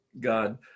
God